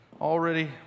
already